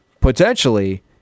potentially